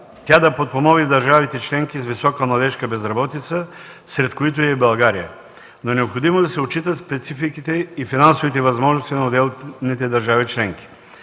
тя да подпомогне държавите членки с висока младежка безработица, сред които е и България, но е необходимо да се отчитат спецификите и финансовите възможности на отделните държави членки.